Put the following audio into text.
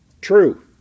true